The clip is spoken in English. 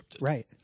Right